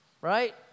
right